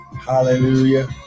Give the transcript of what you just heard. hallelujah